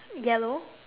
yellow